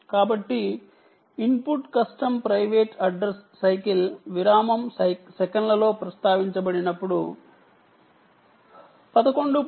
కాబట్టి input custom private address cycle విరామం సెకన్లలో ప్రస్తావించబడినప్పుడు 11